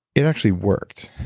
it actually worked.